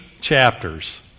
chapters